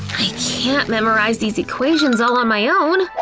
i can't memorize these equations all on my own.